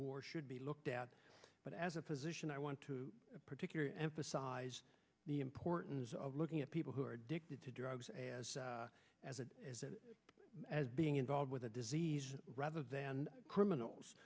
war should be looked at but as a physician i want to particular emphasize the importance of looking at people who are addicted to drugs as a as a as being involved with the disease rather than criminals